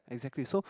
exactly so